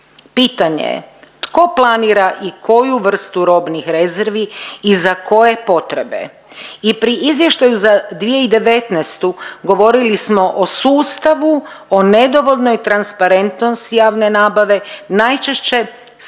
Pitanje je tko planira i koju vrstu robnih rezervi i za koje potrebe. I pri izvještaju za 2019. govorili smo o sustavu, o nedovoljnoj transparentnosti javne nabave najčešće sa